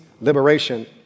liberation